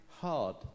hard